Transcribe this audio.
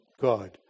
God